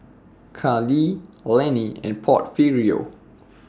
Kalie Lenny and Porfirio